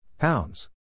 Pounds